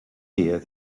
here